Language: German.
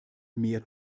mehr